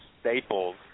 staples